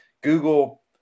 google